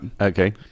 Okay